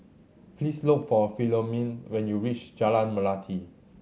please look for Philomene when you reach Jalan Melati